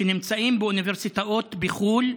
שנמצאים באוניברסיטאות בחו"ל,